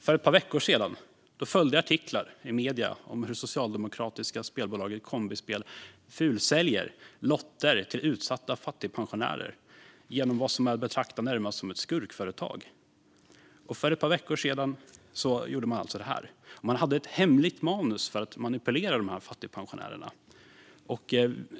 För ett par veckor sedan följde artiklar i medierna om hur det socialdemokratiska spelbolaget Kombispel fulsäljer lotter till utsatta fattigpensionärer genom vad som närmast är att betrakta som ett skurkföretag. För ett par veckor sedan framkom det att man använder ett hemligt manus för att manipulera fattigpensionärerna.